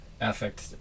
affect